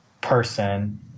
person